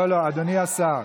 לא, לא, אדוני השר,